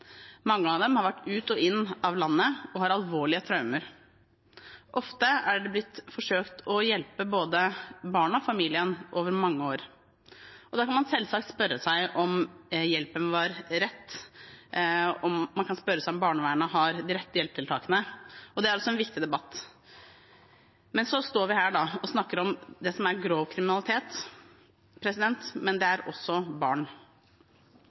Mange av dem har vært ut og inn av landet og har alvorlige traumer. Ofte er det blitt forsøkt å hjelpe både barna og familien over mange år. Da kan man selvsagt spørre seg om hjelpen var rett, og man kan spørre seg om barnevernet har de rette hjelpetiltakene. Det er også en viktig debatt. Så står vi her, da, og snakker om det som er grov kriminalitet. Men det er også barn.